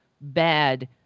bad